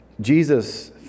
Jesus